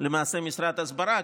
למעשה משרד הסברה?